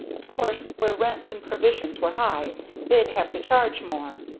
of course where rents and provisions were high they'd have to charge more.